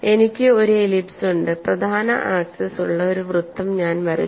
എനിക്ക് ഒരു എലിപ്സ് ഉണ്ട് പ്രധാന ആക്സിസ് ഉള്ള ഒരു വൃത്തം ഞാൻ വരച്ചു